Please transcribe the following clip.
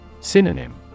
Synonym